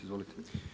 Izvolite.